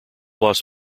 las